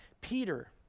Peter